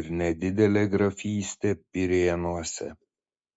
ir nedidelė grafystė pirėnuose